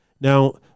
Now